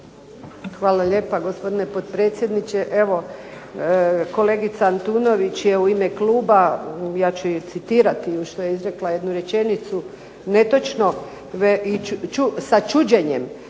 Hvala lijepo gospodine potpredsjedniče. Evo kolegica Antunović je u ime kluba ja ću je citirati što je izrekla jednu rečenicu netočno. Sa čuđenjem